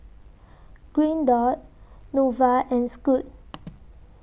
Green Dot Nova and Scoot